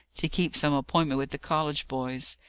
to keep some appointment with the college boys.